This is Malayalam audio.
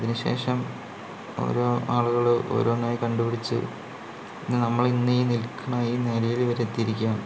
അതിനു ശേഷം ഓരോ ആളുകള് ഓരോന്നായി കണ്ടുപിടിച്ച് നമ്മൾ ഇന്നീ നിൽക്കണ ഈ നിലയിൽ വരെ എത്തിയിരിക്കുകയാണ്